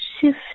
shift